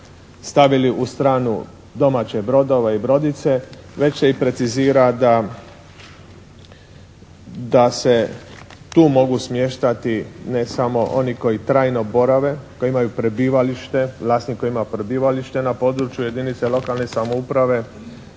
stavili u stranu domaće brodove i brodice već se i precizira da se tu mogu smještati ne samo oni koji trajno borave, koji imaju prebivalište, vlasnik koji ima prebivalište na području jedinice lokalne samouprave,